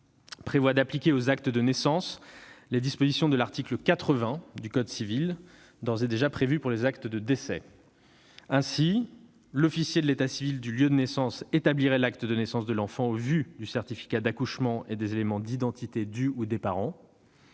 vise à appliquer aux actes de naissance les dispositions de l'article 80 du code civil d'ores et déjà prévues pour les actes de décès. Ainsi, l'officier de l'état civil du lieu de naissance établirait l'acte de naissance de l'enfant au vu du certificat d'accouchement et des éléments d'identité du ou des parents